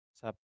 sa